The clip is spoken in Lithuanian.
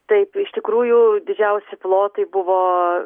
taip iš tikrųjų didžiausi plotai buvo